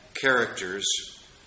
characters